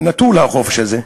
הוא נטול החופש הזה.